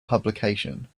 publication